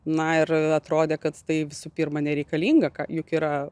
na ir atrodė kad tai visų pirma nereikalinga ką juk yra